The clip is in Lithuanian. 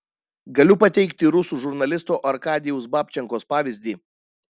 galiu pateikti rusų žurnalisto arkadijaus babčenkos pavyzdį